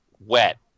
Wet